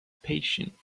patient